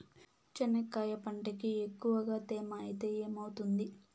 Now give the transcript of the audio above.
చెనక్కాయ పంటకి ఎక్కువగా తేమ ఐతే ఏమవుతుంది?